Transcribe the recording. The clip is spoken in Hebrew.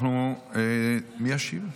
מי ישיב?